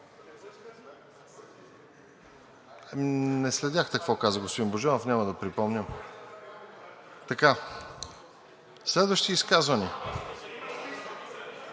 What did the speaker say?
Не следяхте какво каза господин Божанов, няма да припомням. Следващи изказвания?